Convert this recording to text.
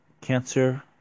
Cancer